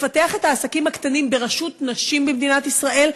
לפתח את העסקים הקטנים בראשות נשים במדינת ישראל,